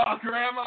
Grandma